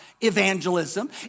evangelism